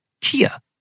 kia